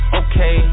okay